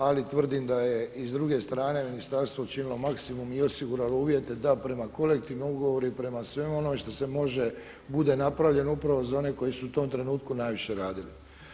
Ali tvrdim da je i s druge strane ministarstvo učinilo maksimum i osiguralo uvjete da prema kolektivnom ugovoru i prema svemu onom što se može, bude napravljeno upravo za one koji su u tom trenutku najviše radili.